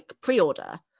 pre-order